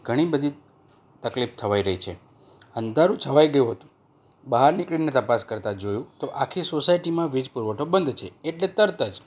ઘણી બધી તકલીફ થઈ રહી છે અંધારું છવાઈ ગયું હતું બહાર નીકળીને તપાસ કરતા જોયું તો આખી સોસાયટીમાં વીજ પુરવઠો બંધ છે એટલે તરત જ